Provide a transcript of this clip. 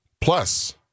Plus